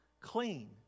clean